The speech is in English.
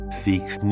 seeks